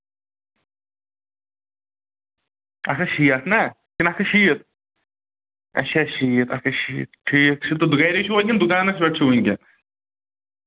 اکھ ہَتھ شیٹھ نا کِنہٕ اکھ ہَتھ شیٖتھ اچھا ٹھیٖک اکھ ہَتھ شیٖتھ ٹھیٖک چھُ تہٕ گری چھُوا کِنہٕ دُکانس پیٚٹھ چھُو وُنکیٚن